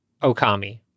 Okami